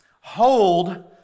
hold